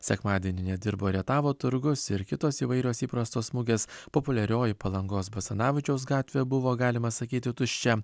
sekmadienį nedirbo rietavo turgus ir kitos įvairios įprastos mugės populiarioji palangos basanavičiaus gatvė buvo galima sakyti tuščia